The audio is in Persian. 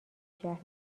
شهر